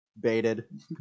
baited